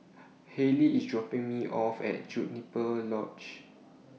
Hallie IS dropping Me off At Juniper Lodge